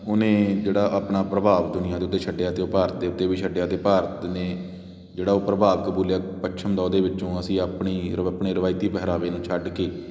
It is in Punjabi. ਉਹਨੇ ਜਿਹੜਾ ਆਪਣਾ ਪ੍ਰਭਾਵ ਦੁਨੀਆਂ ਦੇ ਉੱਤੇ ਛੱਡਿਆ ਅਤੇ ਉਹ ਭਾਰਤ ਦੇ ਉੱਤੇ ਵੀ ਛੱਡਿਆ ਅਤੇ ਭਾਰਤ ਨੇ ਜਿਹੜਾ ਉਹ ਪ੍ਰਭਾਵ ਕਬੂਲਿਆ ਪੱਛਮ ਦਾ ਉਹਦੇ ਵਿੱਚੋਂ ਅਸੀਂ ਅਪਣੀ ਰ ਆਪਣੇ ਰਵਾਇਤੀ ਪਹਿਰਾਵੇ ਨੂੰ ਛੱਡ ਕੇ